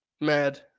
mad